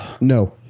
No